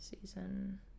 season